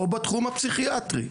או בתחום הפסיכיאטרי,